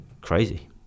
crazy